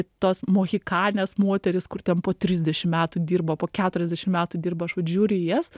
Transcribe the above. tos mohikanės moterys kur ten po trisdešim metų dirba po keturiasdešim metų dirba aš vat žiūriu į jas